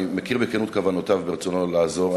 אני מכיר בכנות את כוונותיו וברצונו לעזור.